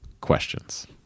questions